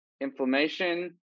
inflammation